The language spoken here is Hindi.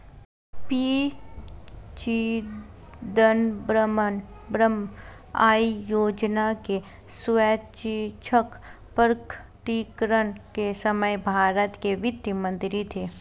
पी चिदंबरम आय योजना का स्वैच्छिक प्रकटीकरण के समय भारत के वित्त मंत्री थे